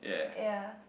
ya